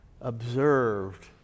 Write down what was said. observed